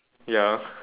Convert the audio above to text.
ya